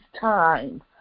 time